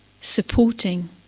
supporting